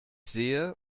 sehe